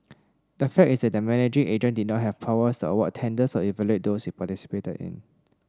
the fact is that the managing agent did not have powers to award tenders or evaluate those it participated in